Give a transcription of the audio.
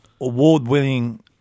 award-winning